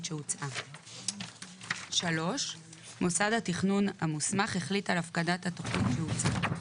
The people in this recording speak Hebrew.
שהוצעה; מוסד התכנון המוסמך החליט על הפקדת התכנית שהוצעה."